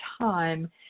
time